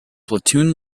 platoon